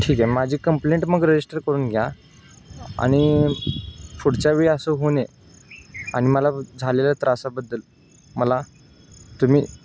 ठीक आहे माझी कंप्लेंट मग रजिस्टर करून घ्या आणि पुढच्या वेळी असं होऊ नये आणि मला झालेल्या त्रासाबद्दल मला तुम्ही